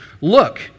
Look